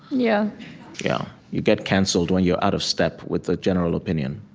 yeah yeah you get cancelled when you're out of step with the general opinion